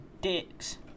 dicks